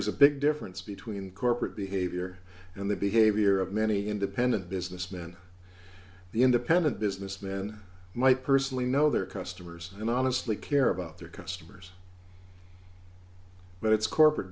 is a big difference between corporate behavior and the behavior of many independent businessmen the independent businessman might personally know their customers and honestly care about their customers but it's corporate